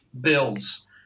bills